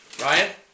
Ryan